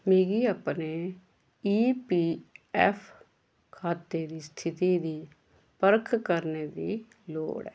मिगी अपने E P F खाते दी स्थिति दी परख करने दी लोड़ ऐ